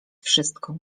wszystko